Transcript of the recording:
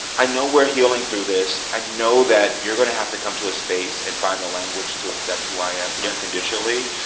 i know we're healing through this. i know that you're going to have to come to a space and find the language to accept who i am. yeah. unconditionally.